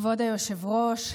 כבוד היושב-ראש,